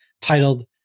titled